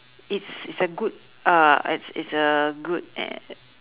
it's it's a good uh it's it's a good